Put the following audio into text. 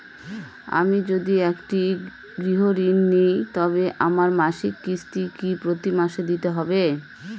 আমি যদি একটি গৃহঋণ নিই তবে আমার মাসিক কিস্তি কি প্রতি মাসে দিতে হবে?